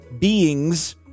beings